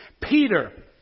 Peter